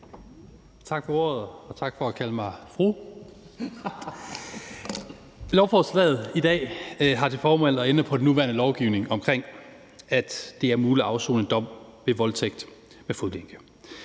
Tak for ordet, og tak for at kalde mig fru. Lovforslaget i dag har til formål at ændre på den nuværende lovgivning omkring, at det er muligt at afsone en dom for voldtægt med fodlænke.